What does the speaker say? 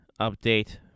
update